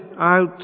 out